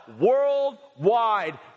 worldwide